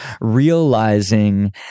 realizing